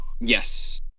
Yes